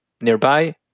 nearby